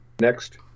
Next